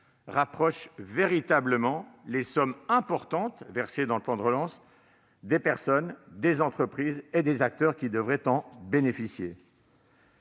rapproche véritablement les sommes importantes, versées dans le plan de relance, des personnes, des entreprises et des acteurs qui devraient en bénéficier.